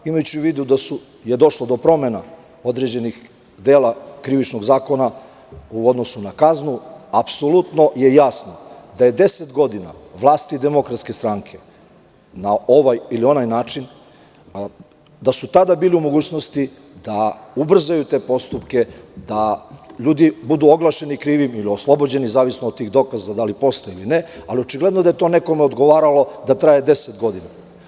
Imajući u vidu da je došlo do promena određenih dela Krivičnog zakona u odnosu na kaznu, apsolutno je jasno da je 10 godina vlasti DS na ovaj ili onaj način, a da su tada bili u mogućnosti da ubrzaju te postupke, da ljudi budu oglašeni krivim ili oslobođenim, u zavisnosti od dokaza da li postoje ili ne, ali očigledno je da je to nekome odgovaralo da traje 10 godina.